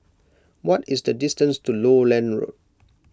what is the distance to Lowland Road